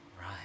Right